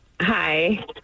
Hi